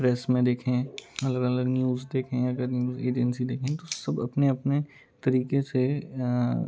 press में देखें अलग अलग न्यूज़ देखें अगर न्यूज़ एजेंसी देखें तो सब अपने अपने तरीके से